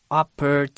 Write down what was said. upper